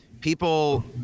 people